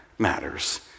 matters